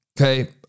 Okay